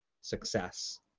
success